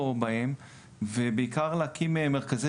לפני שאני אפתח את דבריי אני אספר שכבר בכנסת